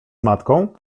matką